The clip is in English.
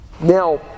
Now